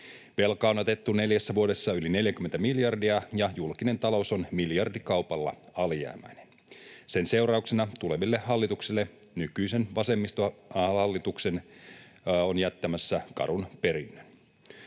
Velkaa on otettu neljässä vuodessa yli 40 miljardia, ja julkinen talous on miljardikaupalla alijäämäinen. Sen seurauksena nykyinen vasemmistohallitus on jättämässä tuleville